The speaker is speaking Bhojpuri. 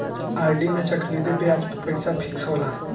आर.डी में चक्रवृद्धि बियाज पअ पईसा फिक्स होला